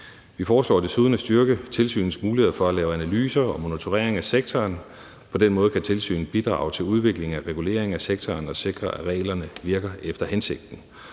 Vi foreslår desuden at styrke tilsynets muligheder for at lave analyser og monitorering af sektoren. På den måde kan tilsynet bidrage til udvikling af reguleringen af sektoren og sikre, at reglerne virker efter hensigten.